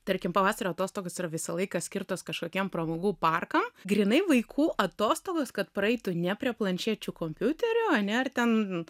tarkim pavasario atostogos yra visą laiką skirtos kažkokiam pramogų parkam grynai vaikų atostogos kad praeitų ne prie planšečių kompiuterių ane ar ten